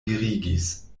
mirigis